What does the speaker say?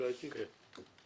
להצבעה.